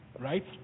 right